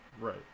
Right